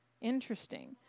Interesting